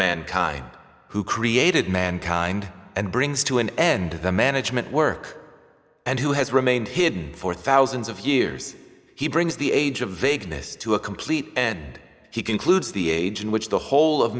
mankind who created mankind and brings to an end of the management work and who has remained hidden for thousands of years he brings the age of vagueness to a complete and he concludes the age in which the whole of